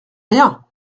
rien